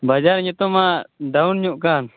ᱵᱟᱡᱟᱨ ᱱᱤᱛᱚᱜ ᱢᱟ ᱰᱟᱣᱩᱱ ᱧᱚᱜ ᱟᱠᱟᱱ